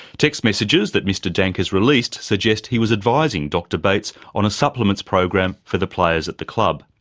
text messages that mr dank has released suggest he was advising dr bates on a supplement's program for the players at the club.